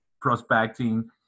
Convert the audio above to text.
prospecting